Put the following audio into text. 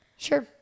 Sure